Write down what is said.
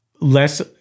less